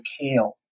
kale